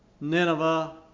Nineveh